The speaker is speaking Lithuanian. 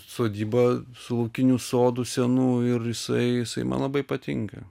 sodyba su ūkiniu sodu senu ir jisai jisai man labai patinka